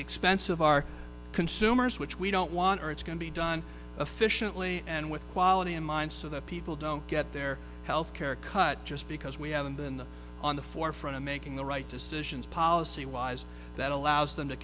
the expense of our consumers which we don't want or it's going to be done efficiently and with quality in mind so that people don't get their healthcare cut just because we haven't been the on the forefront of making the right decisions policy wise that allows them to